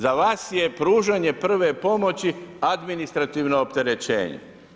Za vas je pružanje prve pomoći administrativno opterećenje.